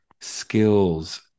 skills